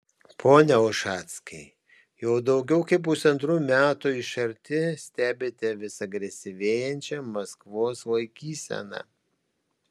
pone ušackai jau daugiau kaip pusantrų metų iš arti stebite vis agresyvėjančią maskvos laikyseną